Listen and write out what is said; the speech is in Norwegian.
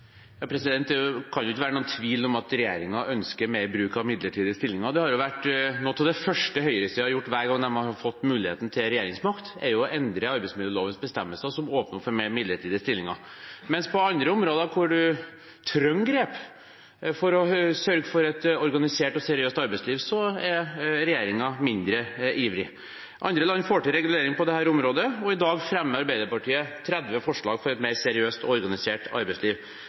Det kan ikke være noen tvil om at regjeringen ønsker mer bruk av midlertidige stillinger. Noe av det første høyresiden har gjort hver gang de har fått muligheten til regjeringsmakt, er å endre arbeidsmiljølovens bestemmelser, som å åpne opp for flere midlertidige stillinger, mens på andre områder hvor man trenger grep for å sørge for et organisert og seriøst arbeidsliv, er regjeringen mindre ivrig. Andre land får til reguleringer på dette området, og i dag fremmer Arbeiderpartiet 30 forslag for et mer seriøst og organisert arbeidsliv,